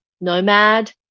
nomad